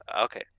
Okay